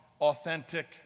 authentic